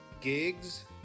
gigs